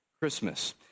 Christmas